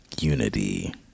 unity